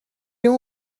اون